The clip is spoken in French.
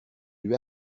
lui